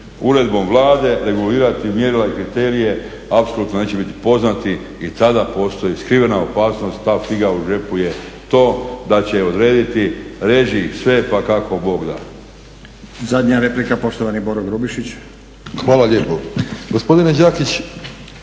uredbom Vlade regulirati mjerila i kriterije apsolutno neće biti poznati i tada postoji skrivena opasnost ta figa u džepu je to da će odrediti reži sve pa kako Bog da.